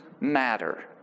matter